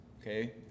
okay